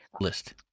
list